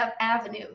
avenue